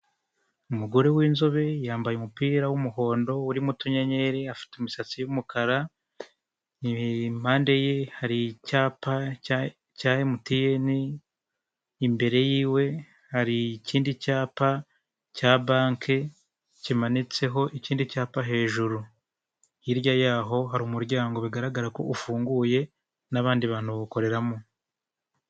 Umugore w'inzobe yambaye umupira w'umuhondo urimo tuyenyeri afite imisatsi y'umukara impande ye hari icyapa cya emutiyeni imbere y'iwe hari ikindi cyapa cya bake kimanitseho ikindi cyapa hejuru, hirya y'aho hari umuryango bigaragara ko ufunguye n'abandi bantu bawukoreramo.